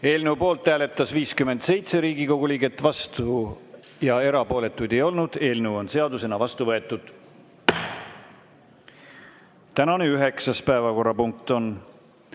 Eelnõu poolt hääletas 57 Riigikogu liiget, vastuolijaid ja erapooletuid ei olnud. Eelnõu on seadusena vastu võetud. Tänane üheksas päevakorrapunkt on